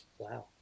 Wow